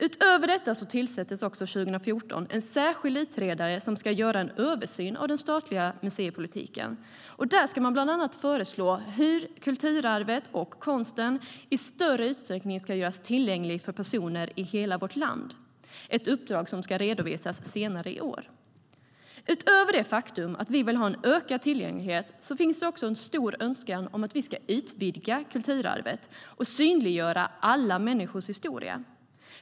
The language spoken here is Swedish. Utöver detta tillsattes det 2014 en särskild utredare som ska göra en översyn av den statliga museipolitiken. Man ska bland annat föreslå hur kulturarvet och konsten i högre utsträckning ska göras tillgängliga för människor i hela vårt land. Det är ett uppdrag som ska redovisas senare i år. Utöver det faktum att vi vill ha ökad tillgänglighet finns det en stor önskan om att vi ska vidga kulturarvet och synliggöra alla människors historia.